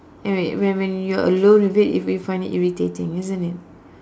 and wait when when you're alone with it if you find it irritating isn't it